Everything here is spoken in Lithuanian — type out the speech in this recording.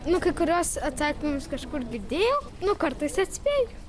nu kai kuriuos atsakymus kažkur girdėjau nu kartais atspėju